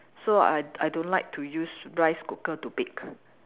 so I I don't like to use rice cooker to bake